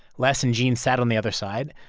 les and gene sat on the other side,